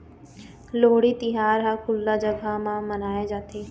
लोहड़ी तिहार ह खुल्ला जघा म मनाए जाथे